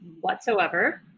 whatsoever